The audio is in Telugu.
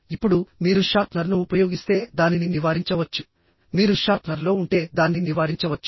ఇప్పుడు మీరు షార్ప్నర్ను ఉపయోగిస్తే దానిని నివారించవచ్చు మీరు షార్ప్నర్లో ఉంటే దాన్ని నివారించవచ్చు